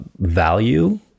value